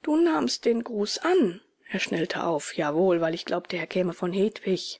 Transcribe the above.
du nahmst den gruß an er schnellte auf jawohl weil ich glaubte er käme von hedwig